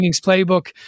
Playbook